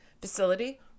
Facility